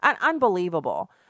Unbelievable